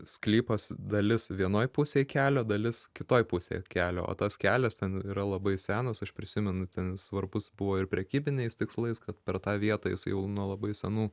sklypas dalis vienoj pusėj kelio dalis kitoj pusėj kelio o tas kelias ten yra labai senas aš prisimenu ten svarbus buvo ir prekybiniais tikslais kad per tą vietą jis jau nuo labai senų